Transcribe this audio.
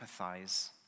empathize